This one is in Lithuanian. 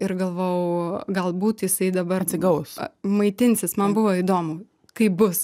ir galvojau galbūt jisai dabar atsigaus maitinsis man buvo įdomu kaip bus